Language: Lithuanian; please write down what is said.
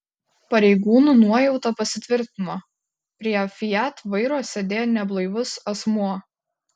pareigūnų nuojauta pasitvirtino prie fiat vairo sėdėjo neblaivus asmuo